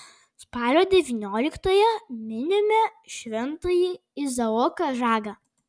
spalio devynioliktąją minime šventąjį izaoką žagą